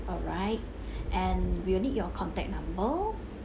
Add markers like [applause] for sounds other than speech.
alright [breath] and we'll need your contact number